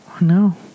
No